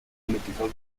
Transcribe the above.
political